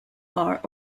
are